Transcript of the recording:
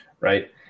right